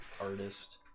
artist